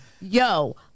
yo